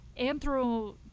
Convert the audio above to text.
anthro